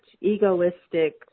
egoistic